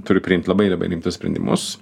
turi priimt labai labai rimtus sprendimus